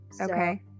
Okay